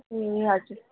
ए हजुर